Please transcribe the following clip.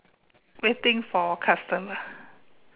waiting for customer